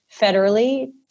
federally